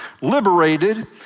liberated